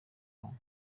bantu